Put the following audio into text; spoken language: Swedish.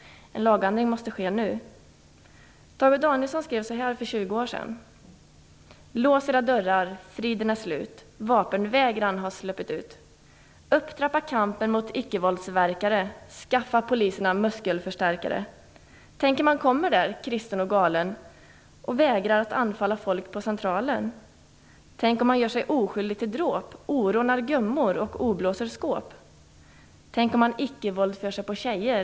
En lagändring måste ske nu. Tage Danielsson skrev så här för 20 år sedan: "Lås era dörrar! friden är slut! Vapenvägrarn har sluppit ut! Upptrappa kampen mot ickevåldsverkare! Skaffa poliserna muskelförstärkare! Tänk om han kommer där, kristen och galen och vägrar att anfalla folk på Centralen! Tänk om han gör sej oskyldig till dråp, orånar gummor och oblåser skåp! Tänk om han ickevåldför sig på tjejer!